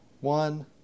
one